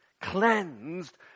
cleansed